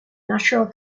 natural